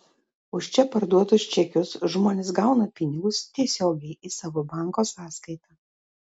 už čia parduotus čekius žmonės gauna pinigus tiesiogiai į savo banko sąskaitą